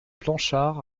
planchards